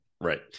Right